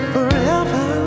Forever